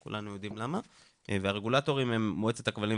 אני אשמח להתייחסות כאן למה אותו שימוע נתקע.